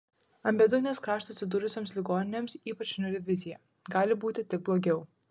ant bedugnės krašto atsidūrusioms ligoninėms ypač niūri vizija gali būti tik blogiau